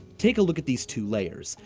take a look at these two layers.